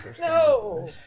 No